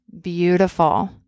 beautiful